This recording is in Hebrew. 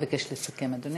אני מבקשת לסכם, אדוני.